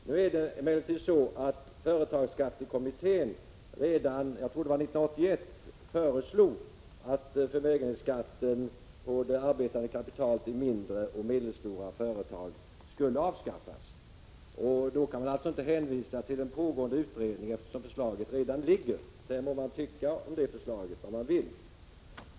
Nu är det emellertid så, att företagsskattekommittén — jag tror att det var redan 1981 — föreslog att förmögenhetsskatten på arbetande kapital i mindre och medelstora företag skulle avskaffas. Därför kan man alltså inte hänvisa till en pågående utredning, eftersom ett förslag redan är framlagt. Man må sedan tycka vad man vill om detta förslag.